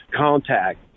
contact